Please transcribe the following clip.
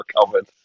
recovered